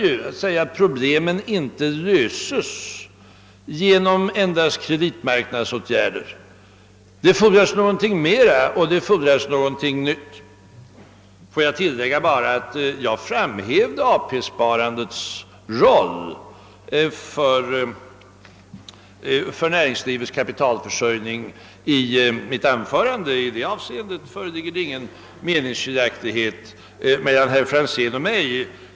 Det visar att problemen inte löses genom enbart kreditmarknadsåtgärder. Det fordras någonting mer, och det fordras någonting nytt. Får jag tillägga, att jag i mitt anförande betonade AP-sparandets roll för näringslivets kapitalförsörjning. I detta avseende föreligger det ingen meningsskiljaktighet mellan herr Franzén och mig.